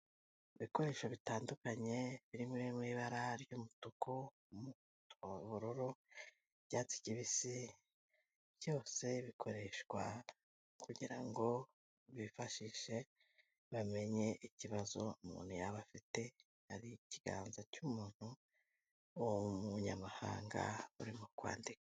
Ibikoresho bitandukanye birimo ibiri mu ibara ry'umutuku, ubururu, byatsi kibisi, byose bikoreshwa kugira ngo bifashishe bamenye ikibazo umuntu yaba afite, hari ikiganza cy'umuntu w'umunyamahanga baririmo kwandika.